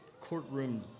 courtroom